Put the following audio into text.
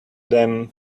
them